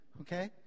okay